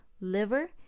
liver